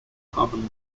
common